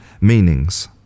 meanings